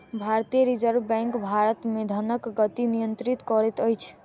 भारतीय Reserve Bank Bharat मे धनक गति नियंत्रित करैत अछि